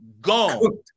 gone